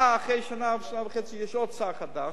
אחרי שנה או שנה וחצי יש עוד שר חדש,